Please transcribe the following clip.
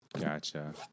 Gotcha